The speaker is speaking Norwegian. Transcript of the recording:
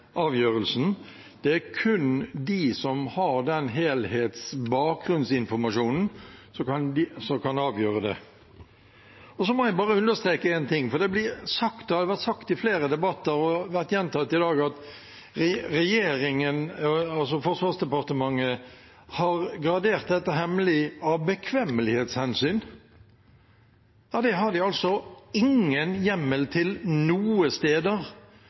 Det er kun de som har den helhetlige bakgrunnsinformasjonen, som kan avgjøre det. Så må jeg bare understreke én ting, for det blir sagt og har vært sagt i flere debatter og gjentatt i dag at Forsvarsdepartementet har gradert dette som «hemmelig» av bekvemmelighetshensyn. De har ingen hjemmel noe sted til å gradere noe